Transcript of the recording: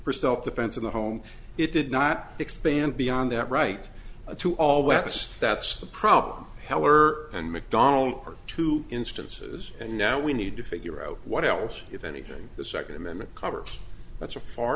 for self defense in the home it did not expand beyond that right to all west that's the problem heller and mcdonald are two instances and now we need to figure out what else if anything the second amendment covers that's a far